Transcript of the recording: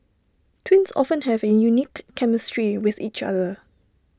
twins often have A unique chemistry with each other